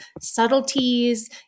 subtleties